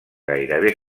gairebé